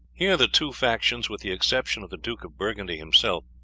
here the two factions, with the exception of the duke of burgundy himself,